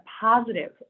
positive